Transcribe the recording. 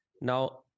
now